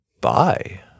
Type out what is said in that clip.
bye